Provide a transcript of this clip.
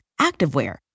activewear